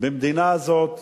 במדינה הזאת,